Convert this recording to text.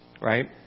Right